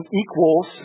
equals